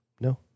No